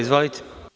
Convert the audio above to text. Izvolite.